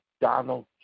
Donald